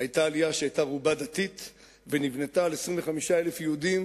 היתה עלייה שהיתה רובה דתית ונבנתה על 25,000 יהודים